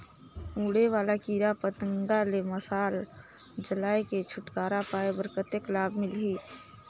उड़े वाला कीरा पतंगा ले मशाल जलाय के छुटकारा पाय बर कतेक लाभ मिलही?